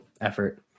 effort